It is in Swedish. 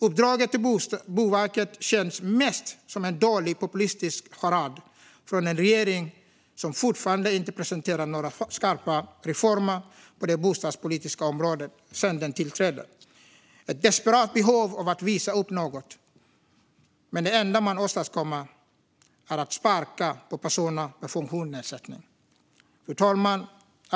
Uppdraget till Boverket känns mest som en dålig populistisk charad från en regering som inte presenterat några skarpa reformer på det bostadspolitiska området sedan den tillträdde. Man har ett desperat behov av att visa upp något, men det enda man åstadkommer är att sparka på personer med funktionsnedsättning. Fru talman!